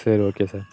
சரி okay sir